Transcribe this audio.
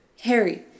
Harry